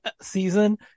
season